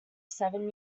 seven